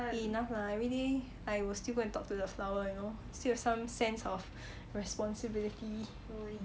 eh enough lah everyday I will still go talk to the flower you know still have some sense of responsibility